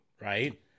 right